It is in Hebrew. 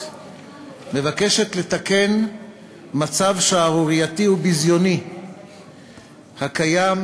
מבקשת לתקן מצב שערורייתי וביזיוני שקיים,